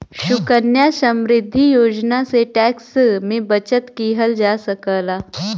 सुकन्या समृद्धि योजना से टैक्स में बचत किहल जा सकला